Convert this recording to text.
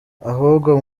ahubwo